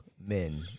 men